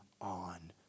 on